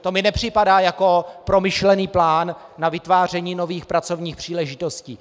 To mi nepřipadá jako promyšlený plán na vytváření nových pracovních příležitostí.